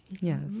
Yes